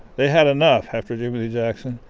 they had enough after jimmie lee jackson,